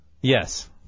Yes